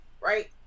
right